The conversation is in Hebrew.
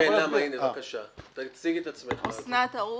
אוסנת הרוש,